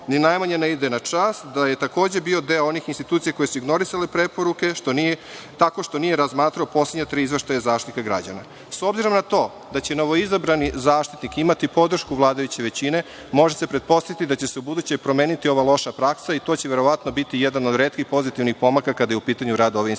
najmanje ne ide na čast da je takođe bio deo onih institucija koje su ignorisale preporuke tako što nije razmatrao poslednja tri izveštaja Zaštitnika građana.S obzirom na to da će novoizabrani Zaštitnik imati podršku vladajuće većine, može se pretpostaviti da će se u buduće promeniti ova loša praksa i to će verovatno biti jedan od retkih pozitivnih pomaka kada je u pitanju rad ove institucije. Da